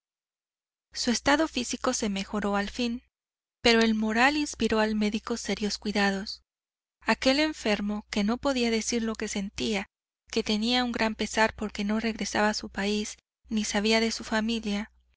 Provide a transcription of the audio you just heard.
su estado físico se mejoró al fin pero el moral inspiró al médico serios cuidados aquel enfermo que no podía decir lo que sentía que tenía un gran pesar porque no regresaba a su país ni sabía de su familia